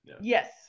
Yes